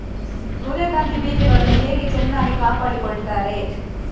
ಸೂರ್ಯಕಾಂತಿ ಬೀಜಗಳನ್ನು ಹೇಗೆ ಚೆನ್ನಾಗಿ ಕಾಪಾಡಿಕೊಳ್ತಾರೆ?